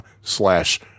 slash